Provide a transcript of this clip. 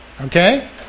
Okay